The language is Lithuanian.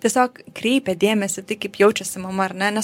tiesiog kreipia dėmesį kaip jaučiasi mama ar ne nes